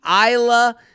Isla